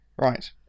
Right